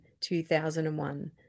2001